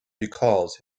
recalls